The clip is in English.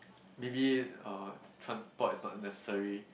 maybe uh transport is not a necessary